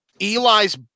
Eli's